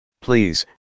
Please